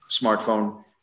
smartphone